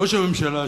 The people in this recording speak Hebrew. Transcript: ראש הממשלה,